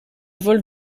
vol